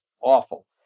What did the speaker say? awful